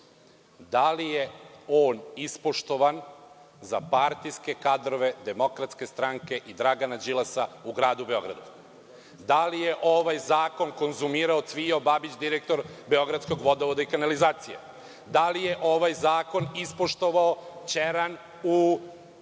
da li je on ispoštovan za partijske kadrove DS i Dragana Đilasa u gradu Beogradu? Da li je ovaj zakon konzumirao Cvijo Babić, direktor „Beogradskog vodovoda i kanalizacije“? Da li je ovaj zakon ispoštovao Ćeran